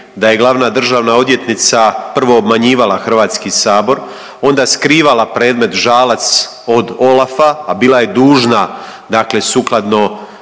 da je glavna državna odvjetnica prvo obmanjivala Hrvatski sabor, onda je skrivala predmet Žalac od OLAF-a, a bila je dužna, dakle